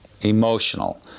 emotional